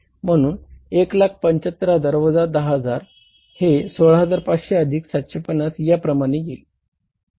म्हणून 175000 वजा 10000 हे 16500 अधिक 750 या प्रमाणे येईल